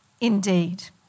indeed